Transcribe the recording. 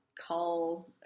call